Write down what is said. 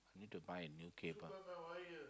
need to buy a new cable